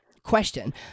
question